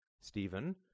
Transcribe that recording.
Stephen